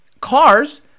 cars